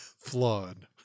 flawed